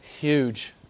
huge